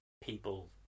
people